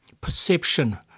perception